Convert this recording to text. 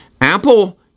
apple